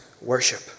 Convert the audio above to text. worship